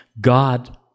God